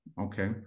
okay